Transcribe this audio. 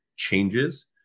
changes